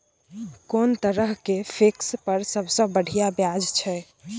कोन तरह के फिक्स पर सबसे बढ़िया ब्याज छै?